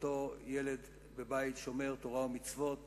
אותו ילד בבית שומר תורה ומצוות